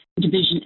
Division